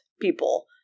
people